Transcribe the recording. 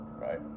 Right